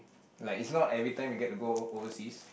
like it's not every time you get to go overseas